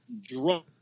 drunk